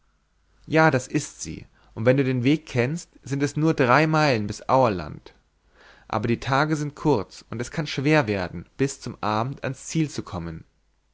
ja das ist sie und wenn du den weg kennst so sind es nur drei meilen bis aurland aber die tage sind kurz und es kann schwer werden bis zum abend ans ziel zu kommen